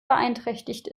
beeinträchtigt